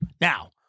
Now